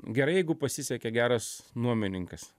gerai jeigu pasisekė geras nuomininkas